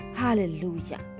hallelujah